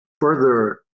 further